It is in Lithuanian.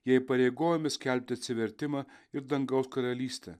jie įpareigojami skelbti atsivertimą ir dangaus karalystę